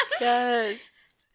Yes